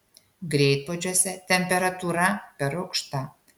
greitpuodžiuose temperatūra per aukšta